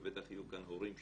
ובטח יהיו כאן הורים שיגידו,